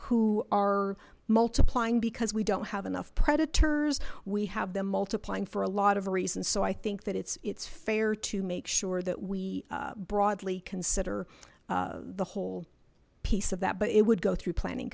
who are multiplying because we don't have enough predators we have them multiplying for a lot of reasons so i think that it's it's fair to make sure that we broadly consider the whole piece of that but it would go through planning